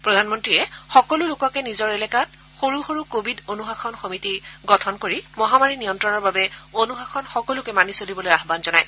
প্ৰধানমন্ত্ৰীয়ে সকলো লোককে নিজৰ এলেকাত সৰু সৰু কোৱিড অনুশাসন কমিটী গঠন কৰি মহামাৰী নিয়ন্ত্ৰণৰ বাবে অনুশাসন সকলোকে মানি চলিবলৈ আহুান জনায়